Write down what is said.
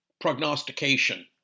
prognostication